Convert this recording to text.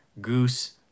goose